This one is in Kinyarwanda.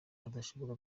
adashobora